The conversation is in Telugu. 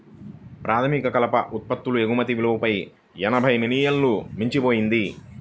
ప్రాథమిక కలప ఉత్పత్తుల ఎగుమతి విలువ ఎనభై మిలియన్లను మించిపోయింది